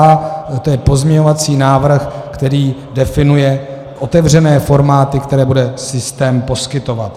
To je pozměňovací návrh, který definuje otevřené formáty, které bude systém poskytovat.